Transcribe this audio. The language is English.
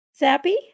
zappy